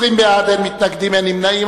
20, אין מתנגדים ואין נמנעים.